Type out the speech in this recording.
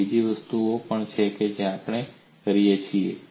અને બીજી વસ્તુઓ પણ છે જે આપણે કરીએ છીએ